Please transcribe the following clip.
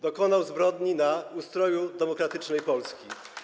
Dokonał zbrodni na ustroju demokratycznej Polski.